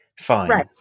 fine